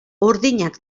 urdinak